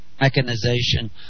mechanization